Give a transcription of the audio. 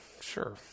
sure